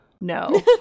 no